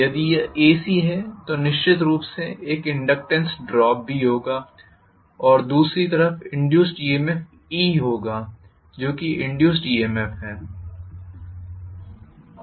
यदि यह एसी है तो निश्चित रूप से एक इनडक्टेन्स ड्रॉप भी होगा और दूसरी तरफ इंड्यूस्ड EMF होगा जो कि इंड्यूस्ड EMF है